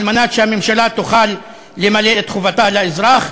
על מנת שהממשלה תוכל למלא את חובותיה לאזרח,